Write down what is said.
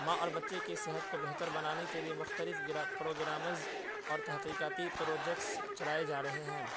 ماں اور بچے کی صحت کو بہتر بنانے کے لیے مختلف پپروگرامس اور تحقیقاتی پروجیکٹس چلائے جا رہے ہیں